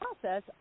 process